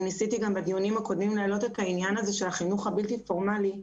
ניסיתי בדיונים הקודמים להעלות את העניין הזה של החינוך הבלתי פורמאלי.